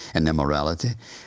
and immorality.